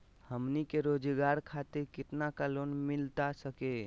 हमनी के रोगजागर खातिर कितना का लोन मिलता सके?